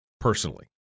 personally